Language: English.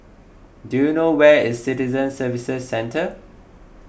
do you know where is Citizen Services Centre